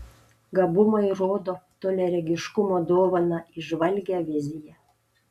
gabumai rodo toliaregiškumo dovaną įžvalgią viziją